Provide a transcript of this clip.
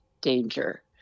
danger